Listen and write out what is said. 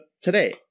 today